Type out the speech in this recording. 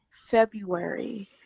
February